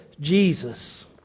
Jesus